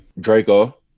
Draco